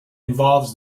involves